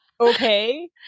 okay